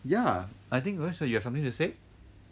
ya I think let's say you have something to say